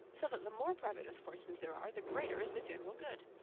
so that the more private misfortunes there are the greater is the general good.